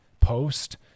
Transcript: post